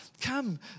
Come